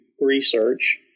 research